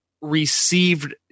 received